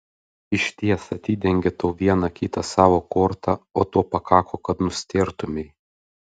išties atidengė tau vieną kitą savo kortą o to pakako kad nustėrtumei